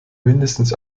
mindestens